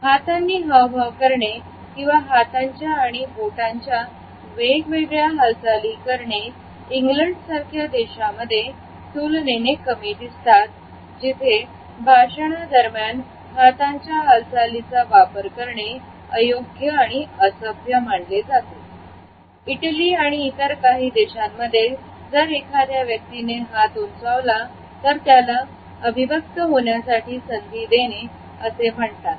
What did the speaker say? हातांनी हावभाव करणे किंवा हाताच्या आणि बोटांच्या वेगवेगळ्या हालचाली करणे इंग्लंड सारख्या देशामध्ये तुलनेने कमी दिसतात जिथे भाषणादरम्यान हातांच्या हालचालीचा वापर करणे अयोग्य आणि असभ्य मानले जाते इटली आणि इतर काही देशांमध्ये जर एखाद्या व्यक्तीने हात उंचावला तर त्याला अभिव्यक्त होण्यासाठी संधी देणे असे म्हणतात